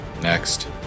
Next